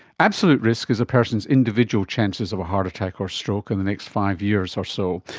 absolute risk is a person's individual chances of a heart attack or stroke in the next five years or so,